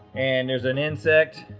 and there's an insect.